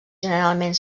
generalment